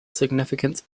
significance